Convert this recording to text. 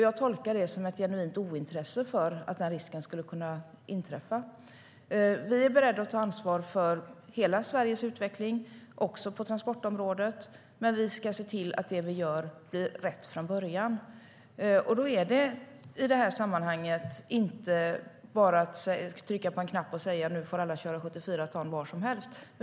Jag tolkar det som ett genuint ointresse för att den risken skulle kunna bli verklighet. Vi är beredda att ta ansvar för hela Sveriges utveckling också på transportområdet. Men vi ska se till att det vi gör blir rätt från början. Då är det i det här sammanhanget inte bara att trycka på en knapp och säga att nu får alla köra 74 ton var som helst.